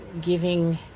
giving